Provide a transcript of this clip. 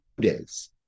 days